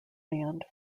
band